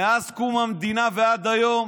מאז קום המדינה ועד היום